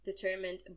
determined